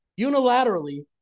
unilaterally